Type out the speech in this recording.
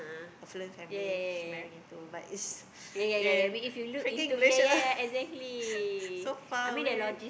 affluent family she married into but is in freaking Malaysia so far away